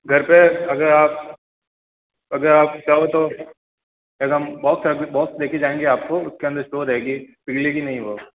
घर पे अगर आप अगर आप चाहो तो फिर हम बॉक्स है बॉक्स देके जाएंगे आपको उसके अंदर स्टोर रहेगी पिघलेगी नहीं वो